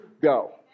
go